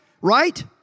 right